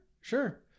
Sure